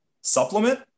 Supplement